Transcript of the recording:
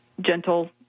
gentle